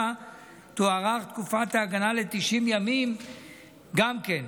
תוארך תקופת ההגנה ל-90 ימים גם כן,